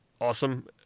awesome